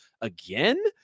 again